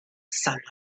sunlight